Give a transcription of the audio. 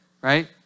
right